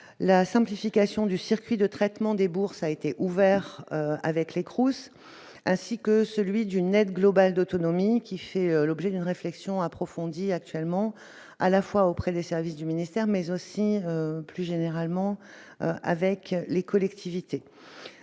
la simplification du circuit de traitement des bourses a été ouvert avec les ainsi que celui d'une aide globale d'autonomie qui fait l'objet d'une réflexion approfondie, actuellement à la fois auprès des services du ministère mais aussi plus généralement avec les collectivités,